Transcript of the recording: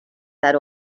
that